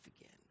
again